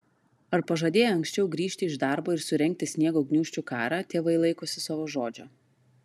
ar pažadėję anksčiau grįžti iš darbo ir surengti sniego gniūžčių karą tėvai laikosi savo žodžio